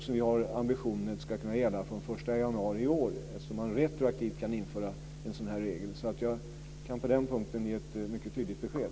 Vi har ambitionen att det ska kunna gälla från den 1 januari i år, eftersom man kan införa en sådan här regel retroaktivt. På den punkten kan jag alltså ge ett mycket tydligt besked.